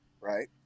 right